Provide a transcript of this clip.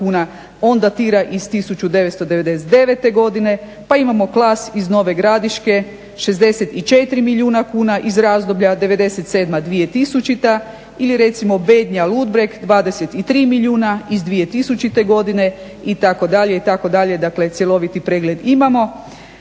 on datira iz 1999.godine, pa imamo Klas iz Nove Gradiške 64 milijuna kuna iz razdoblja '97.-2000.ili recimo Bednja Ludbreg 23 milijuna iz 2000.itd., itd. dakle cjeloviti pregled imamo.